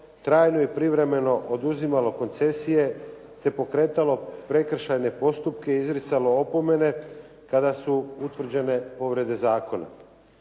trajno i privremeno oduzimalo koncesije te pokretalo prekršajne postupke i izricalo opomene kada su utvrđene povrede zakona.